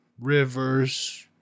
rivers